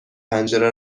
پنجره